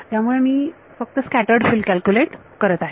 त्यामुळे मी फक्त स्कॅटर्ड फिल्ड कॅल्क्युलेट करत आहे